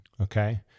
Okay